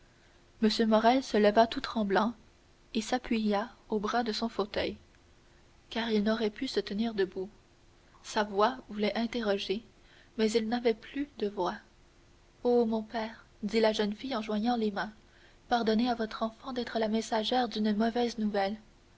morrel se leva tout tremblant et s'appuya au bras de son fauteuil car il n'aurait pu se tenir debout sa voix voulait interroger mais il n'avait plus de voix ô mon père dit la jeune fille en joignant les mains pardonnez à votre enfant d'être la messagère d'une mauvaise nouvelle